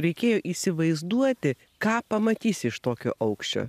reikėjo įsivaizduoti ką pamatysi iš tokio aukščio